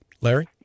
Larry